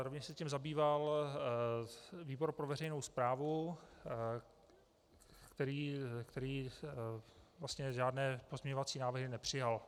Rovněž se tím zabýval výbor pro veřejnou správu, který vlastně žádné pozměňovací návrhy nepřijal.